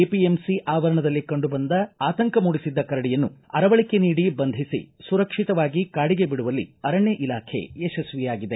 ಕೊಪ್ಪಳದ ಎಪಿಎಂಸಿ ಆವರಣದಲ್ಲಿ ಕಂಡುಬಂದು ಆತಂಕ ಮೂಡಿಸಿದ್ದ ಕರಡಿಯನ್ನು ಅರವಳಿಕೆ ನೀಡಿ ಬಂಧಿಸಿ ಸುರಕ್ಷಿತವಾಗಿ ಅರಣ್ಯಕ್ಷೆ ಬಿಡುವಲ್ಲಿ ಅರಣ್ಯ ಇಲಾಖೆ ಯಶಸ್ವಿಯಾಗಿದೆ